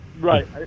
Right